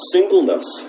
Singleness